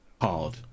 hard